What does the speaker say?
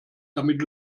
damit